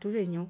trule nyo